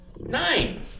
Nine